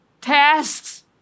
tasks